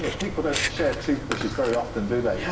ah people don't share toothbrushes very often, do they?